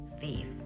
faith